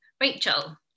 Rachel